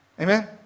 amen